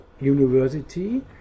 university